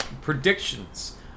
predictions